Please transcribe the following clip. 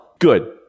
Good